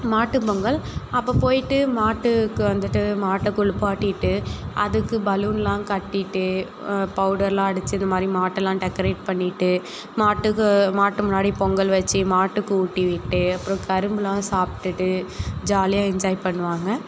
மாட்டுப்பொங்கல் அப்போ போயிட்டு மாட்டுக்கு வந்துட்டு மாட்டை குளிப்பாட்டிட்டு அதுக்கு பலூன்லாம் கட்டிட்டு பவுடர்லாம் அடித்து இதுமாதிரி மாட்டை எல்லாம் டெக்கரேட் பண்ணிட்டு மாட்டுக்கு மாட்டு முன்னாடி பொங்கல் வச்சு மாட்டுக்கு ஊட்டிவிட்டு அப்புறம் கரும்புலாம் சாப்பிட்டுட்டு ஜாலியாக என்ஜாய் பண்ணுவாங்க